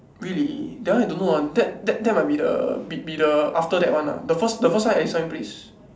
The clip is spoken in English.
really that I don't know ah that that that might be the be be the after that one ah the first the first one explain please